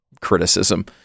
criticism